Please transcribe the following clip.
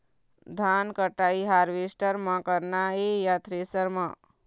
धान कटाई हारवेस्टर म करना ये या थ्रेसर म?